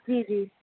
جی جی